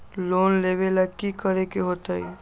Loan लेवेला की करेके होतई?